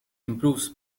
improves